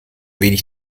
wenig